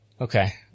Okay